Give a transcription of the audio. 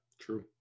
true